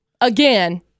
again